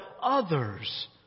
others